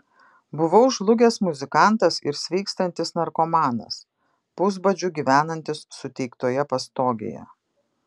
buvau žlugęs muzikantas ir sveikstantis narkomanas pusbadžiu gyvenantis suteiktoje pastogėje